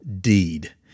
deed